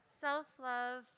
self-love